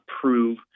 prove